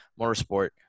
Motorsport